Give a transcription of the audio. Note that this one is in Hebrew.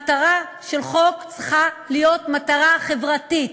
המטרה של חוק צריכה להיות מטרה חברתית,